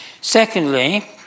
Secondly